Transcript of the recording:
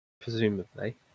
Presumably